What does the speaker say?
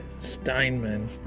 Steinman